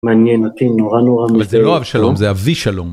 מעניין אותי נורא נורא.. אבל זה לא אבשלום, זה אבי שלום.